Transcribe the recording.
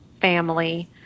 family